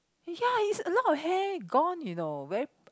ya it's a lot of hair gone you know